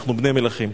אנחנו בני מלכים.